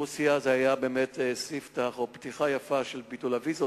עם רוסיה היתה פתיחה יפה של ביטול הוויזות.